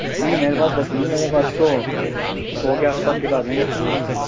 نہیں میرے پاس دس نہیں میرے پاس تو سو کے آس پاس کتابیں ہیں بیچنے کے لیے